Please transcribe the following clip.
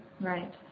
Right